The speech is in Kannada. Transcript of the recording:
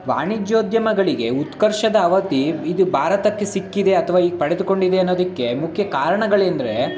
ವಾಣಿಜ್ಯೋದ್ಯಮಗಳಿಗೆ ಉತ್ಕರ್ಷದ ಅವಧಿ ಇದು ಭಾರತಕ್ಕೆ ಸಿಕ್ಕಿದೆ ಅಥವಾ ಈಗ ಪಡೆದುಕೊಂಡಿದೆ ಅನ್ನೋದಕ್ಕೆ ಮುಖ್ಯ ಕಾರಣಗಳೆಂದರೆ